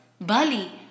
Bali